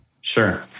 Sure